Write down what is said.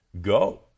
Go